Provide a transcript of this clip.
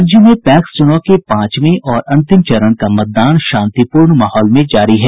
राज्य में पैक्स चुनाव के पांचवें और अंतिम चरण का मतदान शांतिपूर्ण माहौल में जारी है